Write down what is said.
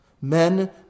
men